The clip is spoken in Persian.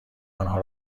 آنها